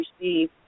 receive